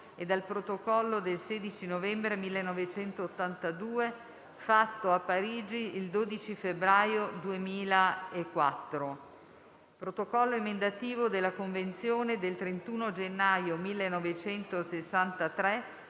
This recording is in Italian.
e dal Protocollo del 16 novembre 1982, fatto a Parigi il 12 febbraio 2004; b) Protocollo emendativo della Convenzione del 31 gennaio 1963